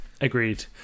agreed